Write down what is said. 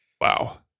Wow